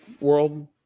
world